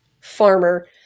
farmer